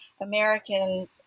American